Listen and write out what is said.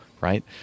right